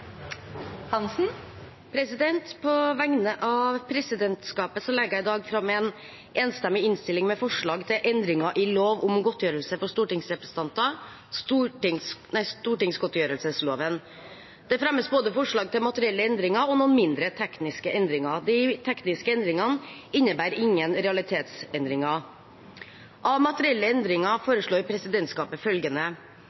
På vegne av presidentskapet legger jeg i dag fram en enstemmig innstilling med forslag til endringer i lov om godtgjørelse for stortingsrepresentanter, stortingsgodtgjørelsesloven. Det fremmes forslag både til materielle endringer og til noen mindre, tekniske endringer. De tekniske endringene innebærer ingen realitetsendringer. Av materielle endringer